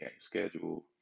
schedule